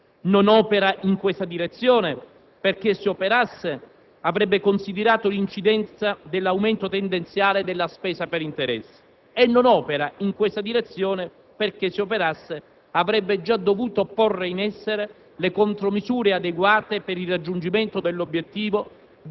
non opera in questa direzione perché se operasse avrebbe considerato l'incidenza dell'aumento tendenziale della spesa per interessi e non opera in questa direzione perché se operasse avrebbe già dovuto porre in essere le contromisure adeguate per il raggiungimento dell'obiettivo